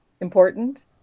important